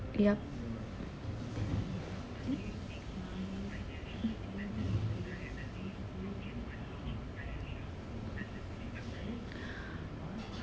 yup